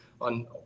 on